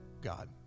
God